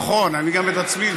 נכון, אני גם את עצמי.